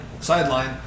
sideline